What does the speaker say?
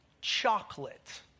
chocolate